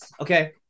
okay